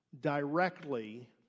Directly